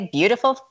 Beautiful